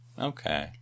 Okay